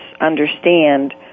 understand